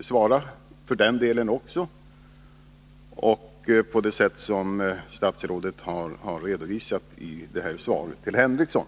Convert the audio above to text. svara också för den delen på det sätt som statsrådet har redovisat i sitt svar till Sven Henricsson.